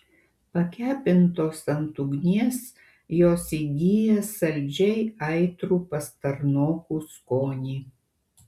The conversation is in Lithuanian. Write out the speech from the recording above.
pakepintos ant ugnies jos įgyja saldžiai aitrų pastarnokų skonį